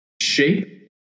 shape